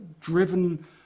driven